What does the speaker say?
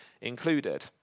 included